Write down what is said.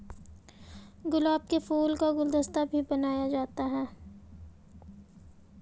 गुलाब के फूल का गुलकंद भी बनाया जाता है